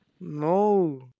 No